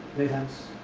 raise hands,